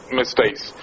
mistakes